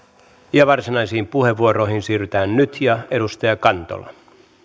varsinaisiin puheenvuoroihin siirrytään nyt ja edustaja kantola